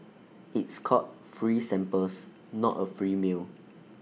it's called free samples not A free meal